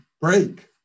break